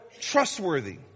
trustworthy